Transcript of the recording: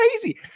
crazy